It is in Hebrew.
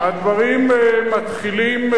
הדברים מתחילים,